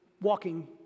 walking